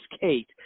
Kate